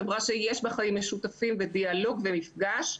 חברה שיש בה חיים משותפים ודיאלוג ומפגש,